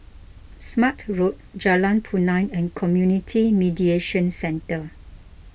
Smart Road Jalan Punai and Community Mediation Centre